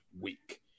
week